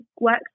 works